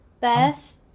Beth